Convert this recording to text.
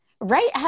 Right